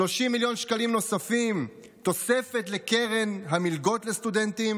30 מיליון שקלים תוספת לקרן המלגות לסטודנטים